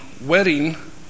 wedding